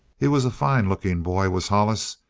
he was a fine-looking boy, was hollis.